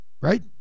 right